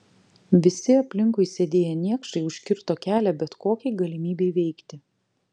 visi aplinkui sėdėję niekšai užkirto kelią bet kokiai galimybei veikti